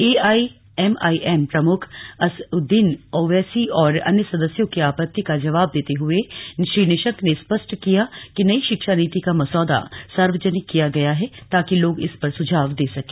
AIMIM प्रमुख असदुद्दीन ओवैसी और अन्य सदस्यों की आपत्ति का जवाब देते हुए श्री निशंक ने स्पष्ट किया कि नई शिक्षा नीति का मसौदा सार्वजनिक किया गया है ताकि लोग इस पर सुझाव दे सकें